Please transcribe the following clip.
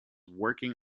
working